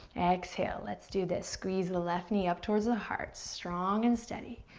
exhale. let's do this. squeeze the left knee up towards the heart, strong and steady.